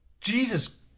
Jesus